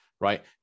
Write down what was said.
right